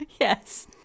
Yes